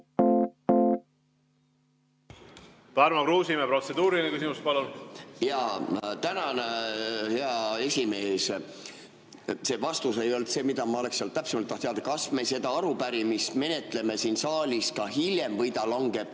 Tarmo Kruusimäe, protseduuriline küsimus, palun! Tänan, hea esimees! See vastus ei olnud see, mida ma oleks tahtnud saada. Kas me seda arupärimist menetleme siin saalis hiljem või see langeb